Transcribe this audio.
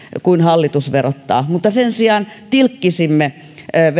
kuin hallitus verottaa mutta sen sijaan tilkitsisimme